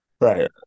Right